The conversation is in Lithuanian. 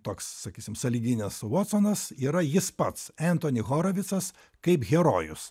toks sakysim sąlyginis vatsonas yra jis pats entoni horovicas kaip herojus